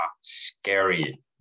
scary